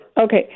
Okay